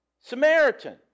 Samaritan